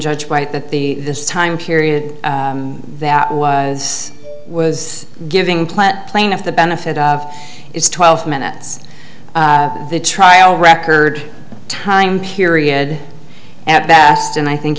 judge white that the this time period that was was giving plant plaintiff the benefit of its twelve minutes the trial record time period at best and i think